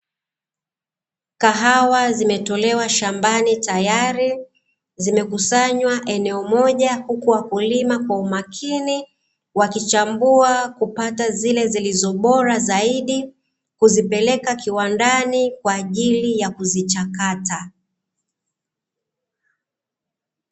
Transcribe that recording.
Kahawa zimetolewa shambani tayari, zimekusanywa eneo moja huku wakulima kwa umakini wakichambua kupata zile zilizobora zaidi, huzipeleka kiwandani kwa ajili ya kuzichakata.